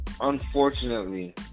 unfortunately